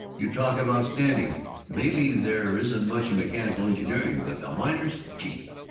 you talk about standing maybe there isn't much in mechanical engineering, but the miners, gee,